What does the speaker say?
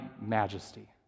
majesty